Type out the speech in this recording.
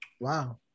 Wow